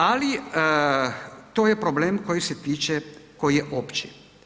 Ali, to je problem koji se tiče, koji je opći.